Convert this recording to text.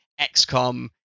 XCOM